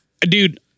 Dude